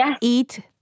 eat